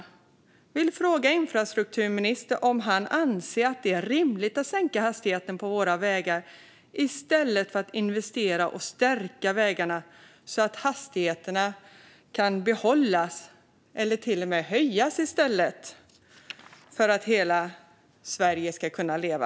Jag vill fråga infrastrukturministern om han anser att det är rimligt att sänka hastigheten på våra vägar i stället för att investera och stärka vägarna så att hastigheterna i stället kan behållas eller till och med höjas för att hela Sverige ska leva.